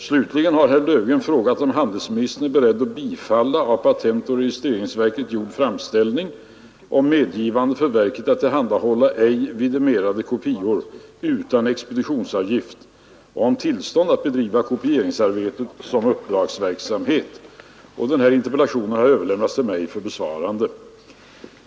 Slutligen har herr Löfgren frågat om handelsministern är beredd att bifalla av patentoch registreringsverket gjord framställning om medgivande för verket att tillhandahålla ej vidimerade kopior utan expeditionsavgift och om tillstånd att bedriva kopieringsarbetet som uppdragsverksamhet. Interpellationen har överlämnats till mig för besvarande.